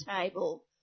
table